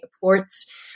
ports